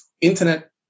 internet